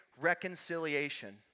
reconciliation